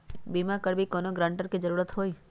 बिमा करबी कैउनो गारंटर की जरूरत होई?